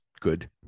good